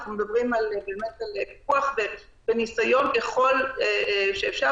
אנחנו באמת מדברים על פיקוח וניסיון ככל שאפשר